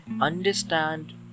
understand